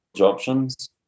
options